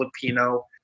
Filipino